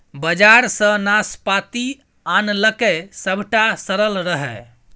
बजार सँ नाशपाती आनलकै सभटा सरल रहय